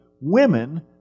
women